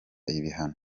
ibihano